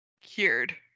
cured